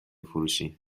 فروشی